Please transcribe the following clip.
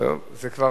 עכשיו,